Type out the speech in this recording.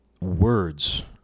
words